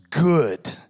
good